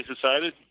decided